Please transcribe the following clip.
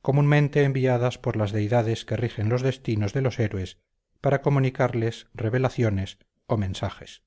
comúnmente enviadas por las deidades que rigen los destinos de los héroes para comunicarles revelaciones o mensajes